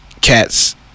cats